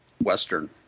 western